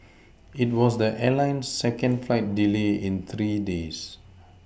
it was the airline's second flight delay in three days